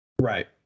Right